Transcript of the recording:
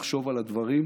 לחשוב על הדברים,